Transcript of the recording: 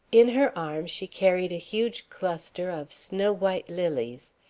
in her arms she carried a huge cluster of snow-white lilies,